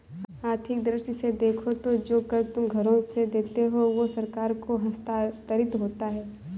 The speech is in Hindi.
आर्थिक दृष्टि से देखो तो जो कर तुम घरों से देते हो वो सरकार को हस्तांतरित होता है